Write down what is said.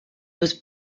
was